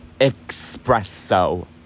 Espresso